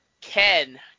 Ken